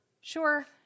sure